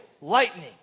lightning